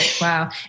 wow